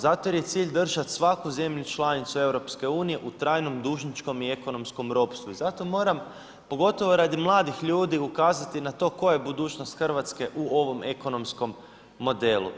Zato jer je cilj držati svaku zemlju članicu EU u trajnom dužničkom i ekonomskom ropstvu i zato moram pogotovo radi mladih ljudi ukazati na to koja je budućnost Hrvatske u ovom ekonomskom modelu.